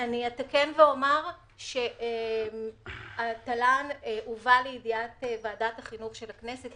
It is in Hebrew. אני אתקן ואומר שהתל"ן הובא לידיעת ועדת החינוך של הכנסת,